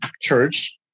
church